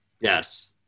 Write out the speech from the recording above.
Yes